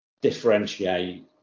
differentiate